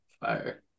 fire